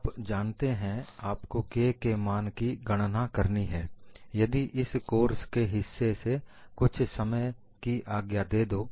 आप जानते हैं आपको K के मान की गणना करनी है यदि इस कोर्स के हिस्से से कुछ समय की आज्ञा दे दो